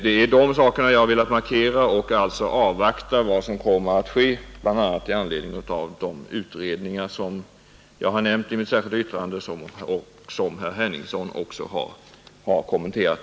Det är de sakerna som jag har velat markera. Jag anser alltså att vi bör avvakta vad som kommer att ske bl.a. till följd av de utredningar som jag har nämnt i mitt särskilda yttrande och som herr Henningsson också har kommenterat.